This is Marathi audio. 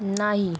नाही